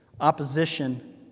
Opposition